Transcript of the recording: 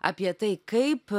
apie tai kaip